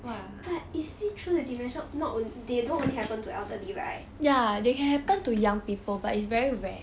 but is this true the dementia not they don't only happen to elderly right